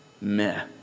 meh